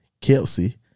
Kelsey